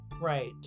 Right